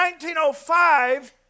1905